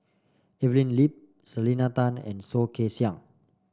Evelyn Lip Selena Tan and Soh Kay Siang